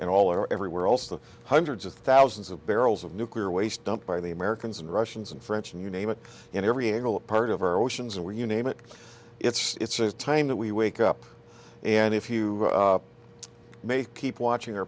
and all are everywhere else the hundreds of thousands of barrels of nuclear waste dump by the americans and russians and french and you name it in every angle a part of our oceans or you name it it's time that we wake up and if you may keep watching